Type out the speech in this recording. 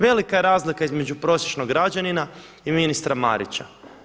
Velika je razlika između prosječnog građanina i ministra Marića.